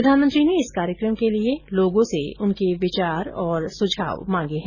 प्रधानमंत्री ने इस कार्यक्रम के लिये लोगों से उनके विचार और सुझाव मांगे हैं